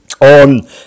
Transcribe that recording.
on